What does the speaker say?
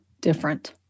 different